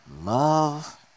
Love